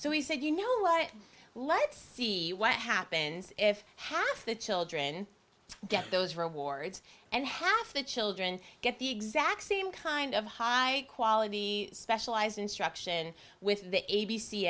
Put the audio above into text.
so we said you know what let's see what happens if half the children get those rewards and half the children get the exact same kind of high quality specialized instruction with